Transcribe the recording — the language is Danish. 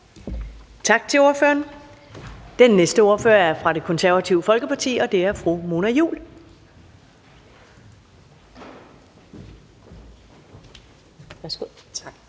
Tak til ordføreren. Den næste ordfører er fra Det Konservative Folkeparti, og det er fru Mona Juul.